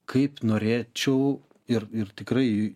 kaip norėčiau ir ir tikrai